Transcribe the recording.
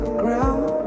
ground